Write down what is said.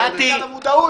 גם לזה אני רוצה להתייחס.